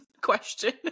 question